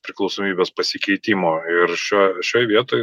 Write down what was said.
priklausomybės pasikeitimo ir šio šioj vietoj